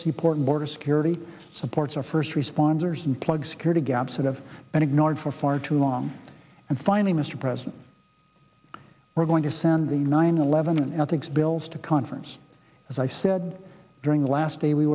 seaports border security supports our first responders and plug security gaps that have been ignored for far too long and finally mr president we're going to send the nine eleven ethics bills to conference as i said during the last day we